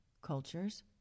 Cultures